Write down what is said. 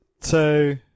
two